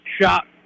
shot